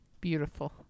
beautiful